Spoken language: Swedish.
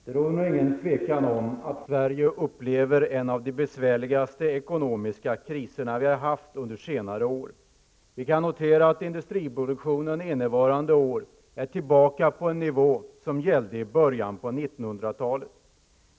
Herr talman! Det råder nog ingen tvekan om att Sverige upplever en av de besvärligaste ekonomiska kriserna vi har haft under senare år. Vi kan notera att industriproduktionen innevarande år är tillbaka på en nivå som gällde i början av 1900 talet.